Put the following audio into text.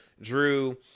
Drew